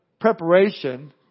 preparation